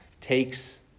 takes